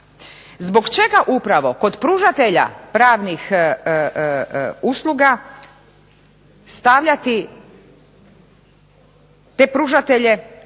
Zbog čega upravo kod pružatelja pravnih usluga stavljati te pružatelje